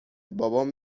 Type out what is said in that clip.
بابام